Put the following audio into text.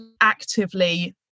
actively